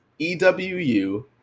EWU